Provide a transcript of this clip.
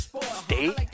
state